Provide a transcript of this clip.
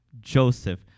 Joseph